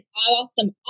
awesome